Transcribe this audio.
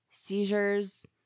seizures